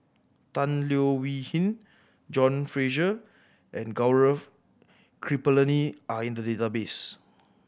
Tan Leo Wee Hin John Fraser and Gaurav Kripalani are in the database